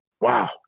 Wow